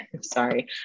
sorry